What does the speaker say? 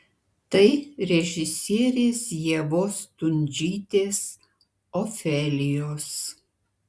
tai režisierės ievos stundžytės ofelijos